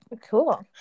cool